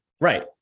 Right